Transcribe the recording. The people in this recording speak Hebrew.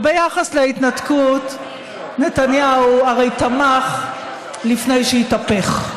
וביחס להתנתקות, נתניהו הרי תמך לפני שהתהפך.